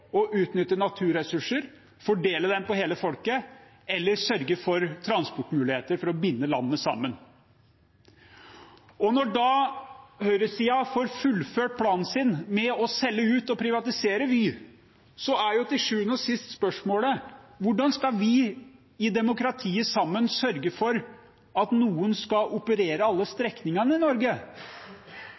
å utnytte naturressurser, fordele dem på hele folket – eller sørge for transportmuligheter for å binde landet sammen. Når da høyresiden får fullført planen sin med å selge ut og privatisere Vy, er til sjuende og sist spørsmålet: Hvordan skal vi i demokratiet sammen sørge for at noen skal operere alle strekningene i Norge?